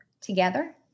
together